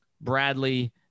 Bradley